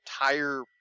entire